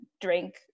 drink